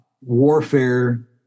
warfare